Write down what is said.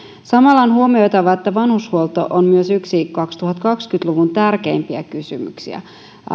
samalla on huomioitava että vanhushuolto on myös yksi kaksituhattakaksikymmentä luvun tärkeimpiä kysymyksiä